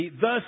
thus